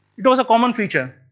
it was a common feature.